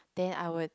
then I would